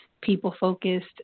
people-focused